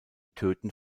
töten